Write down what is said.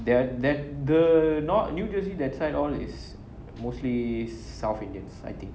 there are that the north new jersey that side all is mostly south indians I think